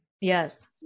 Yes